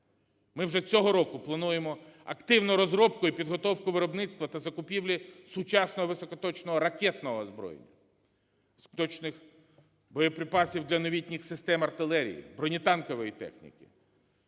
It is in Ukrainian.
Ми вже цього року плануємо активну розробку і підготовку виробництва та закупівлі сучасного високоточного ракетного озброєння, точних боєприпасів для новітніх систем артилерії, бронетанкової техніки,